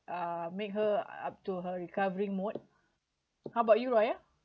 uh make her up to her recovering mode how about you raya